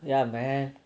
ya man